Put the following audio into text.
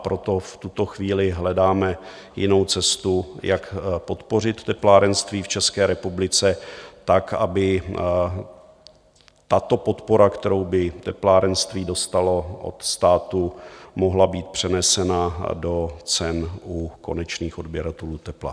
Proto v tuto chvíli hledáme jinou cestu, jak podpořit teplárenství v České republice tak, aby tato podpora, kterou by teplárenství dostalo od státu, mohla být přenesena do cen u konečných odběratelů tepla.